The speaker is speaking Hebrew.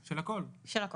של הכול.